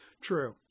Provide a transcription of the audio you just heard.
True